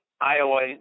Iowa